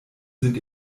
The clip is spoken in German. sind